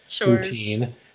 routine